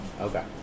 Okay